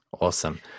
Awesome